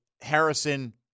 Harrison